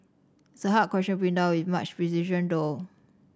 it's a hard question to pin down with much precision though